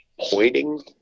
pointing